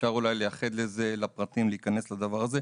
ואפשר אולי לייחד לזה, לפרטים, להיכנס לדבר הזה.